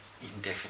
indefinitely